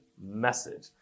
message